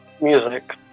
music